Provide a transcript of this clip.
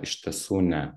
iš tiesų ne